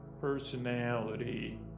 personality